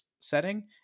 setting